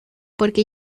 porque